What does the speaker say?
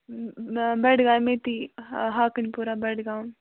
بڈگام ییٚتی ہاکٕنۍ پوٗرہ بَڈگام